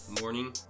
morning